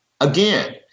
again